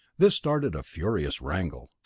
this started a furious wrangle.